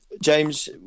James